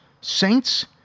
Saints